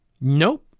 nope